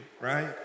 right